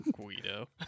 Guido